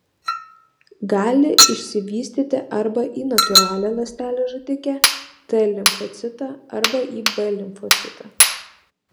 gali išsivystyti arba į natūralią ląstelę žudikę t limfocitą arba į b limfocitą